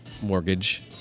mortgage